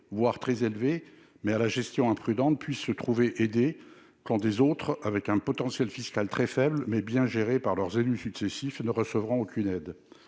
voire très élevé mais à la gestion imprudente puisse se trouver aider quand des autres avec un potentiel fiscal très faible mais bien géré par leurs élus successifs ne recevront aucune aide